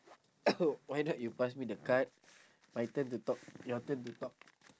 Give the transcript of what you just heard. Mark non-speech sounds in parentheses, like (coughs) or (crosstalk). (coughs) why not you pass me the card my turn to talk your turn to talk